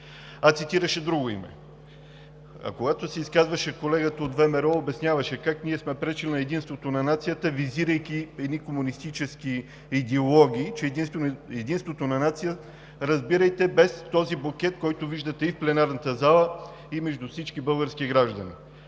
а цитираше друго име. Когато се изказваше колегата от ВМРО, обясняваше как ние сме пречили на единството на нацията, визирайки едни комунистически идеологии: единството на нацията разбирайте без този букет, който виждате и в пленарната зала, и между всички български граждани